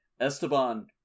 Esteban